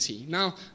Now